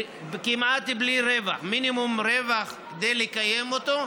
כמעט בלי רווח, מינימום רווח כדי לקיים אותו.